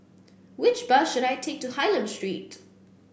which bus should I take to Hylam Street